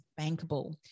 bankable